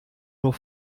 nur